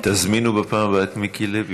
תזמינו בפעם הבאה את מיקי לוי,